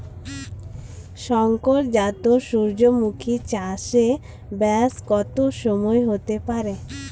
শংকর জাত সূর্যমুখী চাসে ব্যাস কত সময় হতে পারে?